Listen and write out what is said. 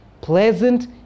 pleasant